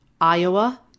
Iowa